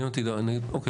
אוקיי,